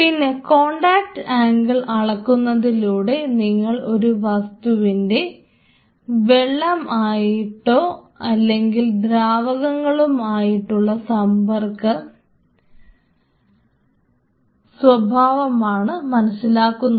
പിന്നെ contact angle അളക്കുന്നതിലൂടെ നിങ്ങൾ ഒരു വസ്തുവിൻറെ വെള്ളം ആയിട്ടോ അല്ലെങ്കിൽ ദ്രാവകങ്ങളും ആയിട്ടോ ഉള്ള സമ്പർക്ക സ്വഭാവമാണ് മനസ്സിലാക്കുന്നത്